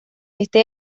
este